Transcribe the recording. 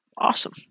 Awesome